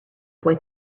boy